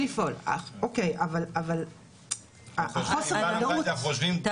נתחיל לפעול, אוקיי, אבל חוסר הוודאות, באמת.